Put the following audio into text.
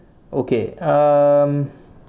okay uh